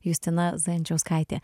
justina zajančiauskaitė